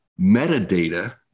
metadata